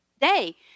day